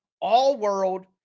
all-world